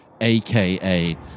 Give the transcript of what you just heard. aka